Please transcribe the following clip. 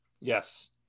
Yes